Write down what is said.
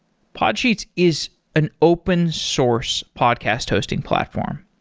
podsheets is an open source podcast hosting platform,